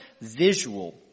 visual